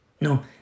No